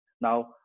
Now